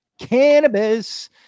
Cannabis